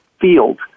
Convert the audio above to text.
field